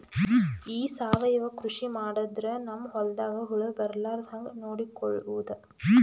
ಈ ಸಾವಯವ ಕೃಷಿ ಮಾಡದ್ರ ನಮ್ ಹೊಲ್ದಾಗ ಹುಳ ಬರಲಾರದ ಹಂಗ್ ನೋಡಿಕೊಳ್ಳುವುದ?